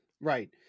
right